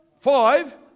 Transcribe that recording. five